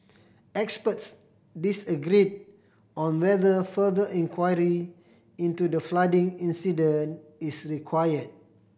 experts disagreed on whether further inquiry into the flooding incident is required